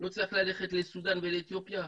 לא צריך לסודן ולאתיופיה,